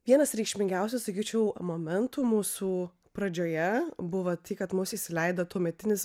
vienas reikšmingiausių sakyčiau momentų mūsų pradžioje buvo tai kad mus įsileido tuometinis